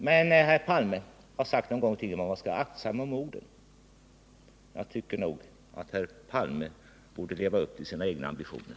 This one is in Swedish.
Herr Palme har sagt någon gång att man skall vara aktsam om orden. Jag tycker att han borde leva upp till sina egna ambitioner.